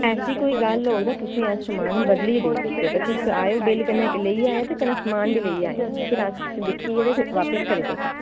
ऐसी कोई गल्ल होग तां अस तुसेंगी समान बदलियै देई देह्गे तुस आयओ बिल्ल कन्नै लेइयै आओ ते कन्नै समान बी लेइयै आओ फिर अस तुसेंगी दिक्खियै ते बापस करी देगे